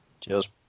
cheers